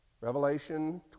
Revelation